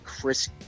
Chris